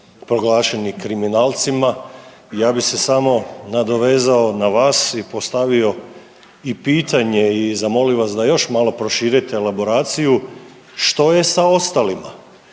proglašeni kriminalcima. Ja bih se samo nadovezao na vas i postavio i pitanje i zamolio vas da još malo proširite elaboraciju što je sa ostalima,